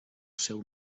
seu